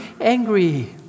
angry